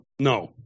No